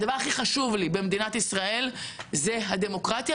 הדבר הכי חשוב לי במדינת ישראל זה הדמוקרטיה,